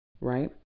Right